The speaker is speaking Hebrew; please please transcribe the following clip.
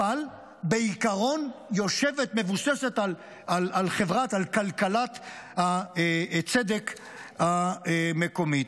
אבל בעיקרון יושבת, מבוססת על כלכלת הצדק המקומית.